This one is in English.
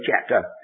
chapter